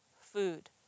food